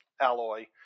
alloy